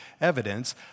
evidence